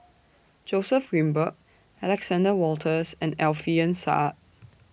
Joseph Grimberg Alexander Wolters and Alfian Sa'at